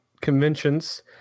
conventions